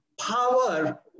power